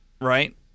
right